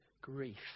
grief